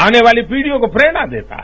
आने वाली पीढियों को प्रेरणा देता है